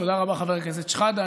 תודה רבה, חבר הכנסת שחאדה.